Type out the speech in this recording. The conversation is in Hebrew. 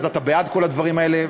אז אתה בעד כל הדברים האלה.